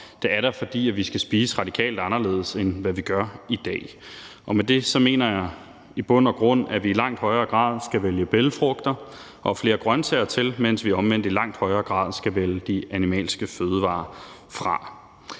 det er der, fordi vi skal spise radikalt anderledes, end hvad vi gør i dag. Med det mener jeg i bund og grund, at vi i langt højere grad skal vælge bælgfrugter og flere grønsager til, mens vi omvendt i langt højere grad skal vælge de animalske fødevarer fra.